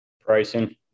Pricing